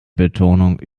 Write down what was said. betonung